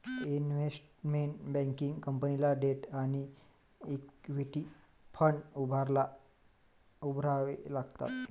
investment banking कंपनीला debt आणि equity fund उभारावे लागतात